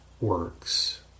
works